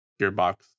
Gearbox